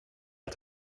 att